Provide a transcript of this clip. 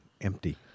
empty